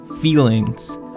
feelings